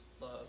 love